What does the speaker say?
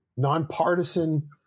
nonpartisan